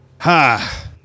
Ha